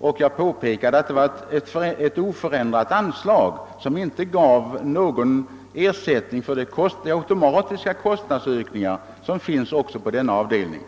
Jag framhöll att det i år rör sig om ett oförändrat anslag, som inte ger någon ersättning för de automatiska kostnadsökningar som inträder också på denna avdelning.